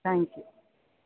thanks